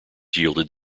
yielded